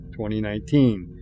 2019